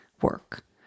work